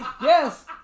Yes